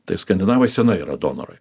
tai skandinavai senai yra donorai